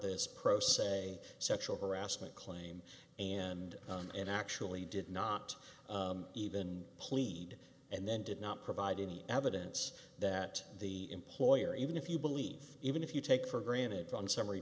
this pro se sexual harassment claim and in actually did not even plead and then did not provide any evidence that the employer even if you believe even if you take for granted on summary